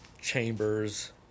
chambers